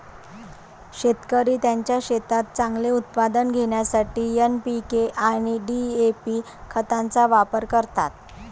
शेतकरी त्यांच्या शेतात चांगले उत्पादन घेण्यासाठी एन.पी.के आणि डी.ए.पी खतांचा वापर करतात